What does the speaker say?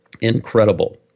Incredible